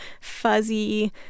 fuzzy